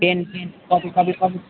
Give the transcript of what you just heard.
pen pen copy copy copy